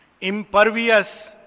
Impervious